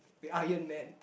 the Iron-Man